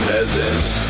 Peasants